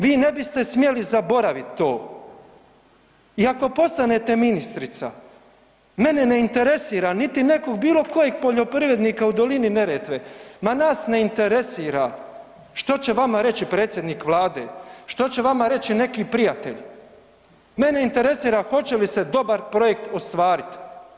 Vi ne biste smjeli zaboravit to i ako postanete ministrica mene ne interesa niti nekog bilo kojeg poljoprivrednika u dolini Neretve, ma nas ne interesira što će vama reći predsjednik vlade, što će vama reći neki prijatelj, mene interesira hoće li se dobar projekt ostvarit.